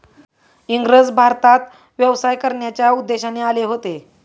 इंग्रज भारतात व्यवसाय करण्याच्या उद्देशाने आले होते